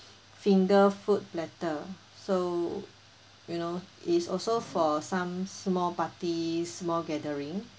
finger food platter so you know is also for some small party small gathering